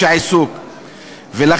אומרת,